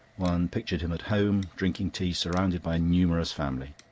one pictured him at home, drinking tea, surrounded by a numerous family.